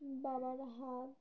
বাবার হাত